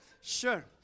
sure